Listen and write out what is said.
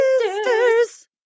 Sisters